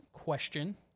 question